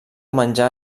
menjar